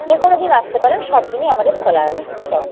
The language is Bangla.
যে কোনো দিন আসতে পারেন সব দিনই আমাদের খোলা আছে শপ